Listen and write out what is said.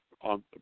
on